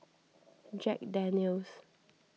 Jack Daniel's